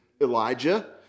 Elijah